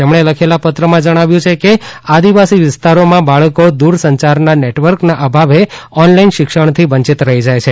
તેમણે લખેલા પત્રમાં જણાવ્યું છે કે આદિવાસી વિસ્તારોમાં બાળકો દૂરસંચારના નેટવર્કના અભાવે ઓનલાઇન શિક્ષણથી વંચિત રહી જાય છે